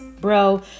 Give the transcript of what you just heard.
bro